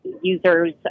user's